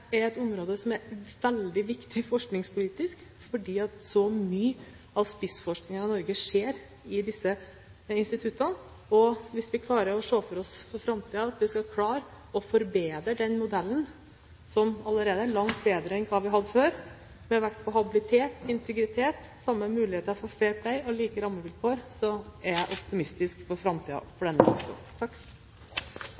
er et område som er veldig viktig forskningspolitisk, fordi så mye av spissforskningen i Norge skjer i disse instituttene. Hvis vi i framtiden klarer å forbedre denne modellen, som allerede er langt bedre enn hva vi hadde før – på habilitet, integritet, samme muligheter for fair play og like rammevilkår – er jeg optimistisk for framtiden for